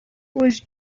was